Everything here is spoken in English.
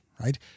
right